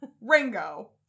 Ringo